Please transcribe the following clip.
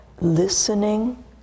Listening